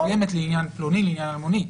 חשבונאית מסוימת לעניין פלוני, לעניין אלמוני.